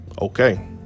Okay